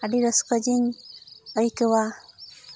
ᱟᱹᱰᱤ ᱨᱟᱹᱥᱠᱟᱹ ᱜᱮᱧ ᱟᱹᱭᱠᱟᱹᱣᱟ